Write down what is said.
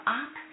up